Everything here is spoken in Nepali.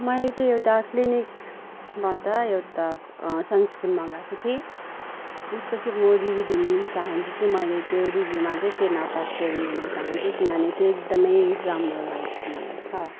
मैले चाहिँ एउटा क्लिनिकबाट एउटा सनस्क्रिम मगाएको थिएँ उसको चाहिँ म रिभ्यू दिनु चाहन्छु कि मैले त्यो रिभ्यूमा चाहिँ टेन आउट अफ टेन दिन चाहन्छु किनभने त्यो एकदमै राम्रो लागेको मलाई छ